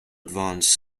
advanced